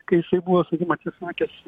kai jisai buvo saugumo atsisakęs